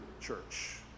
church